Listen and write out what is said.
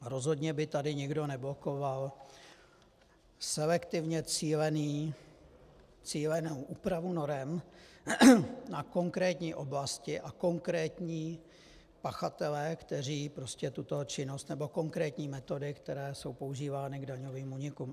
Rozhodně by tady nikdo neblokoval selektivně cílenou úpravu norem na konkrétní oblasti a konkrétní pachatele, kteří prostě tuto činnost nebo konkrétní metody, které jsou používány k daňovým únikům.